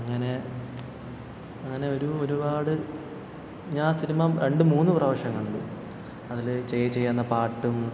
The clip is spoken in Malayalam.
അങ്ങനെ അങ്ങനെ ഒരു ഒരുപാട് ഞാൻ സിനിമ രണ്ടും മൂന്നും പ്രാവശ്യം കണ്ടു അതിലെ ചെയ്യ ചെയ്യാ എന്ന പാട്ടും